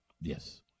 Yes